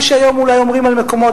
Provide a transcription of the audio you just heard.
מה שהיום אומרים אולי על מקומות,